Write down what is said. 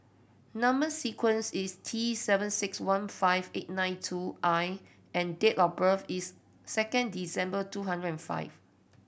number sequence is T seven six one five eight nine two I and date of birth is two December two hundred and five